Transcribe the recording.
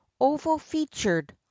oval-featured